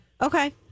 Okay